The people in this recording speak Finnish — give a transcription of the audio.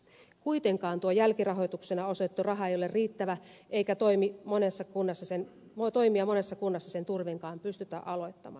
kuitenkaan tuo jälkirahoituksena osoitettu raha ei ole riittävä eikä toimia monessa kunnassa sen voi toimia monessa kunnassa sen turvinkaan pystytä aloittamaan